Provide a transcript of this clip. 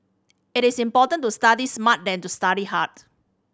it is important to study smart than to study hard